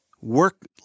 work